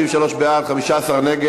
33 בעד, 15 נגד.